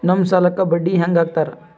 ನಮ್ ಸಾಲಕ್ ಬಡ್ಡಿ ಹ್ಯಾಂಗ ಹಾಕ್ತಾರ?